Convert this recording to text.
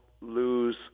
lose